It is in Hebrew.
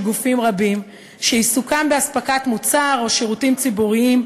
גופים רבים שעיסוקם באספקת מוצרים או שירותים ציבוריים,